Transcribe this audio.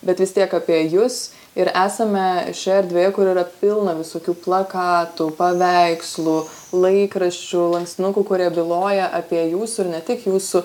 bet vis tiek apie jus ir esame šioje erdvėje kuri yra pilna visokių plakatų paveikslų laikraščių lankstinukų kurie byloja apie jūsų ir ne tik jūsų